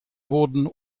wurden